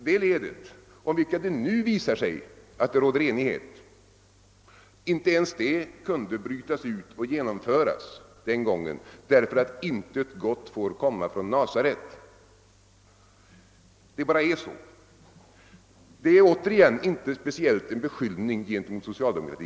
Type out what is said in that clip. Det ledet, om vilket det nu visar sig råda enighet, kun de inte brytas ut och förstärkningen genomföras den gången eftersom intet gott får komma från Nasaret. Det bara är så. Återigen vill jag säga att detta inte speciellt är en beskyllning gentemot socialdemokratin.